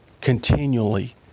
continually